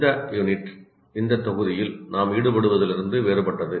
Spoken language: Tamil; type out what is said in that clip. இந்த அலகு இந்த தொகுதியில் நாம் ஈடுபடுவதிலிருந்து வேறுபட்டது